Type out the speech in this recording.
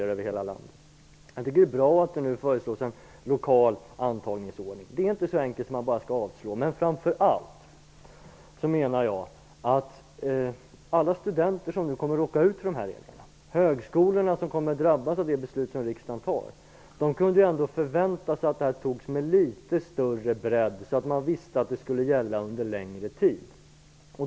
Jag tycker också att det är bra att det nu föreslås en lokal antagningsordning. Det är inte så enkelt att man bara skall avslå. Men framför allt menar jag att alla studenter som nu kommer att råka ut för dessa regler, och högskolorna som kommer att drabbas av det beslut som riksdagen fattar, ju ändå hade kunna förvänta sig att beslutet fattades med litet större bredd, så att man vet vad som gäller under en längre tid.